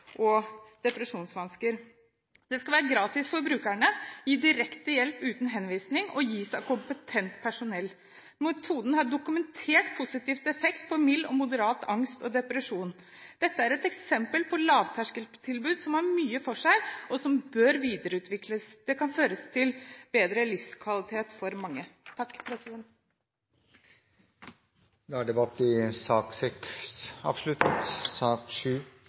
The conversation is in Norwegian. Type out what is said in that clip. og depresjonsvansker. Det skal være gratis for brukerne, gi direkte hjelp uten henvisning og gis av kompetent personell. Metoden har dokumentert positiv effekt på mild og moderat angst og depresjon. Dette er eksempel på et lavterskeltilbud som har mye for seg, og som bør videreutvikles. Det kan føre til bedre livskvalitet for mange. Flere har ikke bedt om ordet til sak